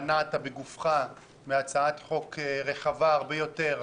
מנעת בגופך הצעת חוק רחבה הרבה יותר,